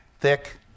thick